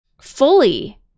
fully